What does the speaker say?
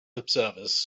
observers